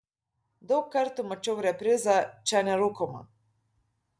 daug kartų mačiau reprizą čia nerūkoma